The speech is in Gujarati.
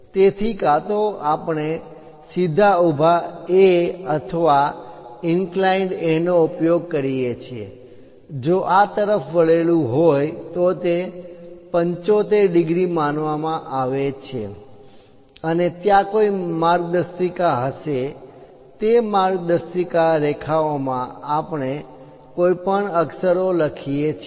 તેથી કાં તો આપણે સીધા ઊભા A અથવા ઇન્ક્લાઈન્ડ A નો ઉપયોગ કરીએ છીએ જો આ તરફ વળેલું હોય તો તે 75 ડિગ્રી માનવામાં આવે છે અને ત્યાં કોઈ માર્ગદર્શિકા હશે તે માર્ગદર્શિકા રેખાઓમાં આપણે કોઈપણ અક્ષરો લખીએ છીએ